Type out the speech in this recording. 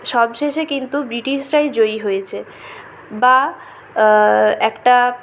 সব শেষে কিন্তু ব্রিটিশরাই জয়ী হয়েছে বা একটা